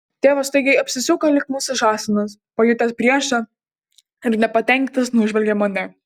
tėvas staigiai apsisuko lyg mūsų žąsinas pajutęs priešą ir nepatenkintas nužvelgė mane